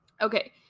Okay